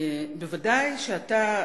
ודאי שאתה,